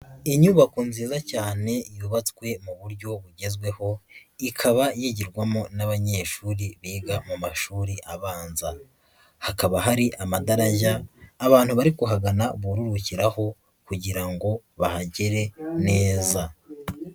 Inyubako nziza cyane yubatswe mu buryo bugezweho, ikaba yigirwamo n'abanyeshuri biga mu mashuri abanza, hakaba hari amatarajya abantu bari kuhagana burukiraho kugira ngo bahagere neza.